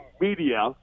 media